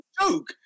joke